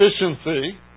efficiency